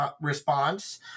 response